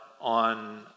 on